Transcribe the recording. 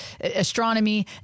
astronomy